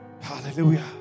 Hallelujah